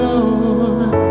Lord